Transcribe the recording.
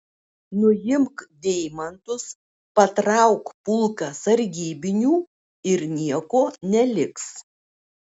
nuimk deimantus patrauk pulką sargybinių ir nieko neliks